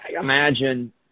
imagine